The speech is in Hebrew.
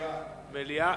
מליאה.